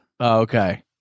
Okay